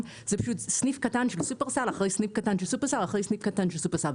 סניף קטן של שופרסל אחרי סניף קטן של שופרסל אחרי סניף קטן של שופרסל.